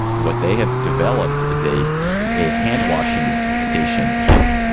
what they have developed is a a handwashing station kit.